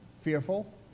fearful